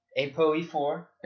ApoE4